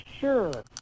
sure